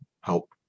help